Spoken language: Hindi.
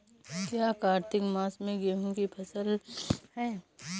क्या कार्तिक मास में गेहु की फ़सल है?